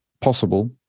possible